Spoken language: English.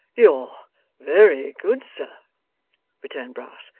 you're very good, sir returned brass,